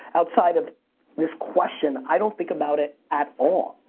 outside of this question, i don't think about it at all,